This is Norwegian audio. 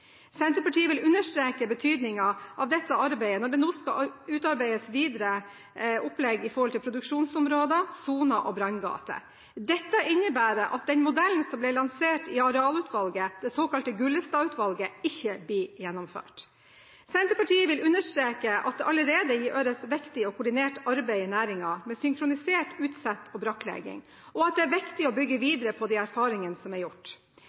Senterpartiet vil understreke betydningen av dette arbeidet når det nå skal utarbeides videre opplegg for produksjonsområder, soner og branngater. Dette innebærer at den modellen som ble lansert i Arealutvalget, eller det såkalte Gullestad-utvalget, ikke blir gjennomført. Senterpartiet vil understreke at det allerede gjøres viktig og koordinert arbeid i næringen – med synkronisert utsett og brakklegging – og at det er viktig å bygge videre på de erfaringene som er gjort.